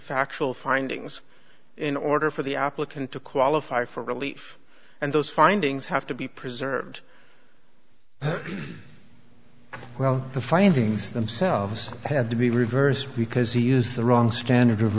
factual findings in order for the applicant to qualify for relief and those findings have to be preserved well the findings themselves had to be reversed because he used the wrong standard of